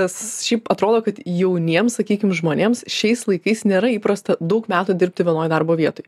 nes šiaip atrodo kad jauniems sakykim žmonėms šiais laikais nėra įprasta daug metų dirbti vienoj darbo vietoj